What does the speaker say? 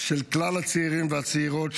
של כלל הצעירים והצעירות,